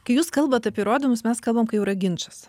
kai jūs kalbat apie įrodomus mes kalbam kai jau yra ginčas